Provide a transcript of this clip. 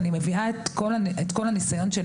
אני מביאה את כל הניסיון שלי.